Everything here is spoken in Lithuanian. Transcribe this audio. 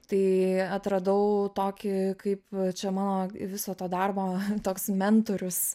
tai atradau tokį kaip čia mano viso to darbo toks mentorius